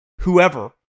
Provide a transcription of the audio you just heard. whoever